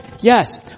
Yes